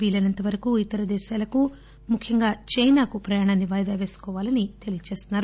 వీలైనంత వరకు ఇతర దేశాలకు ముఖ్యంగా చైనాకు ప్రయాణాన్ని వాయిదా పేసుకోవాలని వైద్యులు తెలియజేస్తున్నారు